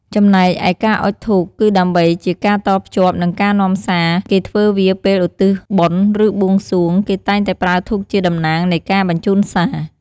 ចំណែកឯការអុជធូបគឺដើម្បី ជាការតភ្ជាប់ និងការនាំសារ គេធ្វើវាពេលឧទ្ទិសបុណ្យ ឬបួងសួង គេតែងតែប្រើធូបជាតំណាងនៃការបញ្ជូនសារ។